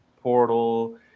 portal